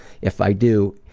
if i do,